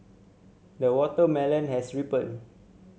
the watermelon has ripened